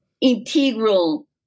integral